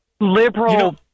liberal